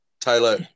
Taylor